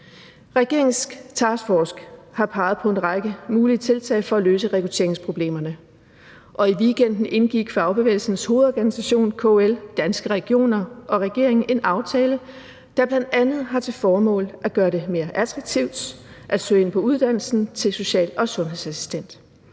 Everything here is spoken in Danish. Regeringens taskforce har peget på en række mulige tiltag for at løse rekrutteringsproblemerne, og i weekenden indgik Fagbevægelsens Hovedorganisation, KL, Danske regioner og regeringen en aftale, der bl.a. har til formål at gøre det mere attraktivt at søge ind på uddannelsen til social- og sundhedsassistent.